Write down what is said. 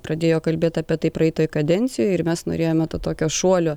pradėjo kalbėti apie tai praeitoj kadencijoj ir mes norėjome to tokio šuolio